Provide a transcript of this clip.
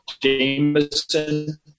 Jameson